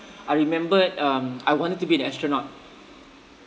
I remembered um I wanted to be an astronaut